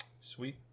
Sweet